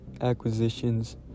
acquisitions